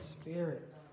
Spirit